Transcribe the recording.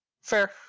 Fair